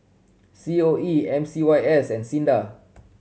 C O E M C Y S and SINDA